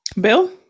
Bill